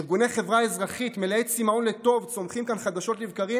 ארגוני חברה אזרחית מלאי צימאון לטוב צומחים כאן חדשות לבקרים